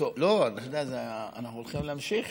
אנחנו הולכים להמשיך,